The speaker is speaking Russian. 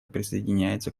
присоединяется